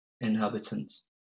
inhabitants